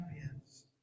champions